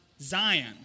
Zion